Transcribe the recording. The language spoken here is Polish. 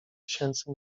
tysięcy